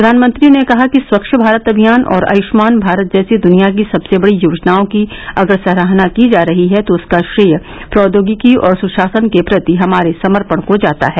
प्रधानमंत्री ने कहा कि स्वच्छ भारत अभियान और आयुष्मान भारत जैसे दुनिया की सबसे बड़ी योजनाओं की अगर सराहना की जा रही है तो उसका श्रेय प्रौद्योगिकी और सुशासन के प्रति हमारे समर्पण को जाता है